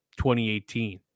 2018